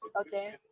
Okay